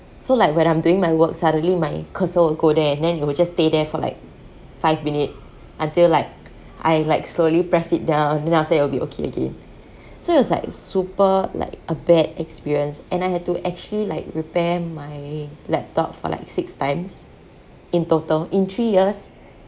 so like when I'm doing my work suddenly my cursor will go there and then it will just stay there for like five minutes until like I like slowly press it down then after that it will be okay again so it was like super like a bad experience and I had to actually like repair my laptop for like six times in total in three years